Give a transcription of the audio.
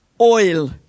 oil